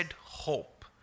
hope